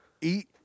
eat